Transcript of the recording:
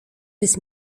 bis